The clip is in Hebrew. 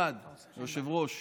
האחד, היושב-ראש,